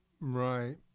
Right